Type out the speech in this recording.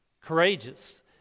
Courageous